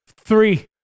three